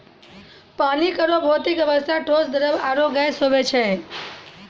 पानी केरो भौतिक अवस्था ठोस, द्रव्य आरु गैस होय छै